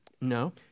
No